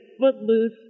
footloose